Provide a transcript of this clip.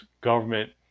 government